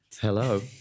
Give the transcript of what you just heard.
Hello